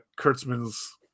Kurtzman's